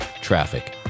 Traffic